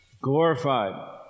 glorified